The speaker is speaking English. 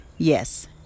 Yes